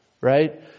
right